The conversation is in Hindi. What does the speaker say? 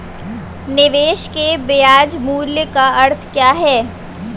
निवेश के ब्याज मूल्य का अर्थ क्या है?